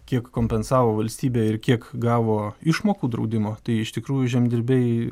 kiek kompensavo valstybė ir kiek gavo išmokų draudimo tai iš tikrųjų žemdirbiai